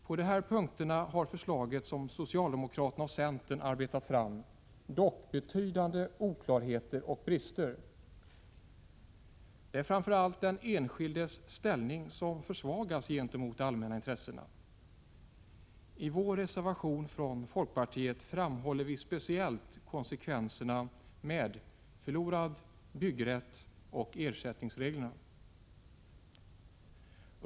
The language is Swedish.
På dessa punkter har det förslag som socialdemokraterna och centern arbetat fram betydande oklarheter och brister, framför allt därför att den enskildes ställning gentemot de allmänna intressena försvagas. I folkpartiets reservation framhåller vi speciellt konsekvenserna av förlorad byggrätt samt ersättningsreglerna.